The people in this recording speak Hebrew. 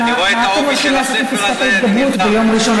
מה אתם הולכים לעשות עם פסקת ההתגברות ביום ראשון?